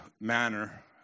manner